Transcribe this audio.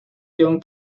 john